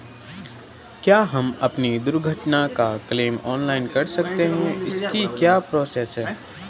क्या हम अपनी दुर्घटना का क्लेम ऑनलाइन कर सकते हैं इसकी क्या प्रोसेस है?